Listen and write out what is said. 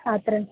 अत्र